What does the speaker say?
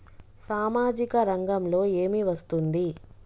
సామాజిక రంగంలో ఏమి వస్తుంది?